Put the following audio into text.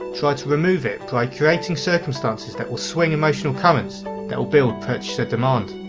try to remove it by creating circumstances that will swing emotional currents that will build purchaser demand.